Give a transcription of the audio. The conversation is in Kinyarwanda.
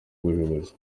ubushobozi